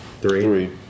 Three